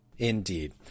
Indeed